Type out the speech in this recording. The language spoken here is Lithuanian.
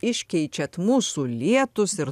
iškeičiat mūsų lietus ir